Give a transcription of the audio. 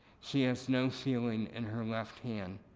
she has no feeling in her left hand,